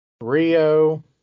Rio